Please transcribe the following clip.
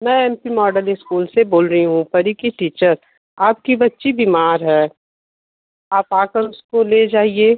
मैं M P model school से बोल रही हूँ परी की टीचर आपकी बच्ची बीमार है आप आकर उसको ले जाइए